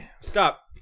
Stop